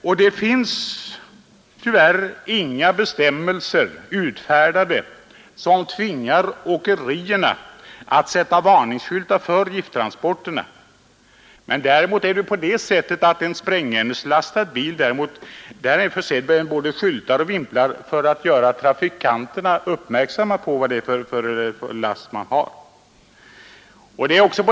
Tyvärr finns det inga bestämmelser utfärdade som tvingar åkerierna att sätta varningsskyltar på gifttransporterna. En sprängämneslastad bil däremot måste vara försedd med både skyltar och vimplar för att göra trafikanterna uppmärksamma på faran.